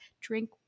drink